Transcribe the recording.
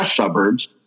suburbs